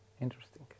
Interesting